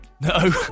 No